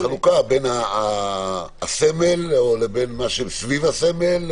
החלוקה בין הסמל לבין מה שסביב הסמל,